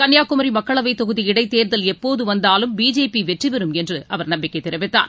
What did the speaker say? கன்னியாகுமரிமக்களவைத் தொகுதி இடைத்தேர்தல் எப்போதுவந்தாலும் பிஜேபிவெற்றிபெறும் என்றுநம்பிக்கைதெரிவித்தார்